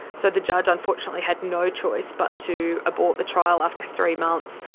so the judge unfortunately had no choice but to abort the trial after three months.